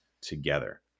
together